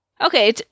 okay